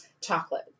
Chocolate